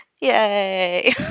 Yay